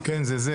כן, זה זה